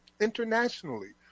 internationally